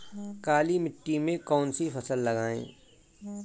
काली मिट्टी में कौन सी फसल लगाएँ?